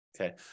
okay